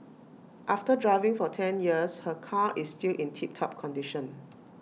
after driving for ten years her car is still in tip top condition